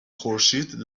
خورشید